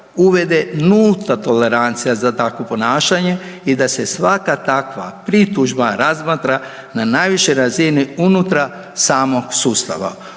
uvede nulta tolerancija za takvo ponašanje i da se svaka takva pritužba razmatra na najvišoj razini unutar samog sustava.